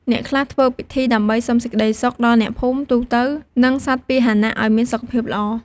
អ្នកខ្លះធ្វើពិធីដើម្បីសុំសេចក្តីសុខ ដល់អ្នកភូមិទូទៅ និងសត្វពាហនៈឱ្យមានសុខភាពល្អ។